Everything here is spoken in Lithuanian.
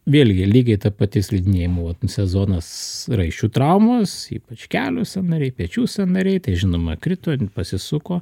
vėlgi lygiai ta pati slidinėjimo vat sezonas raiščių traumos ypač kelių sąnariai pečių sąnariai tai žinoma krito ir pasisuko